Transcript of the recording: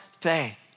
faith